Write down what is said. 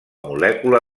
molècula